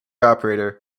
operator